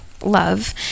love